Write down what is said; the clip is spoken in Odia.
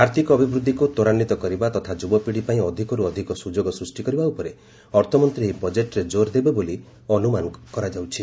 ଆର୍ଥକ ଅଭିବୃଦ୍ଧିକୁ ତ୍ୱରାନ୍ୱିତ କରିବା ତଥା ଯୁବପିଢ଼ିପାଇଁ ଅଧିକରୁ ଅଧିକ ସୁଯୋଗ ସୃଷ୍ଟି କରିବା ଉପରେ ଅର୍ଥମନ୍ତ୍ରୀ ଏହି ବଜେଟ୍ରେ ଜୋର୍ ଦେବେ ବୋଲି ଅନୁମାନ କରାଯାଉଛି